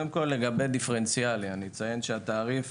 לגבי דיפרנציאלי, התעריף